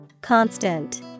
Constant